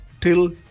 till